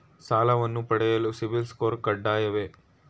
ಸಾಲವನ್ನು ಪಡೆಯಲು ಸಿಬಿಲ್ ಸ್ಕೋರ್ ಕಡ್ಡಾಯವೇ?